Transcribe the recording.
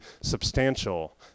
substantial